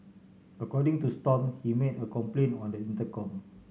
according to Stomp he made a complaint on the intercom